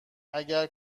اگر